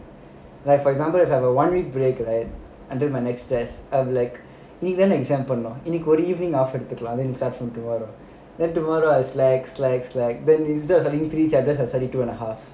like for example if I have a one week break right then my next test of like even example இன்னைக்கு ஒரு நாள்:innaikku oru naal relax எடுத்துக்கலாம்:eduthukkalaam then tomorrow I will slack slack salck then teacher say three chapters I will study two and a half